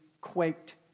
quaked